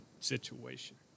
situation